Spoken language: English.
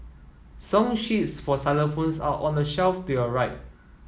song sheets for xylophones are on the shelf to your right